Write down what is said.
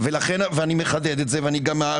הסיפור של קצא"א הוא סיפור, למיטב